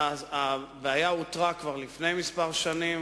שהבעיה אותרה כבר לפני כמה שנים